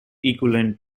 equivalent